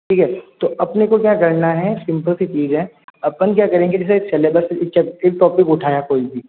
ठीक है तो अपने को क्या करना है सिंपल सी चीज है अपन क्या करेंगे जैसे सिलेबस से टॉपिक उठाया कोई भी